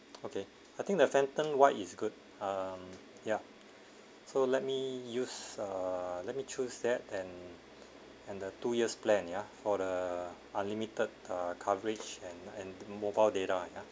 okay I think the phantom white is good um yup so let me use uh let me choose that and and the two years plan ya for the unlimited uh coverage and and and mobile data yeah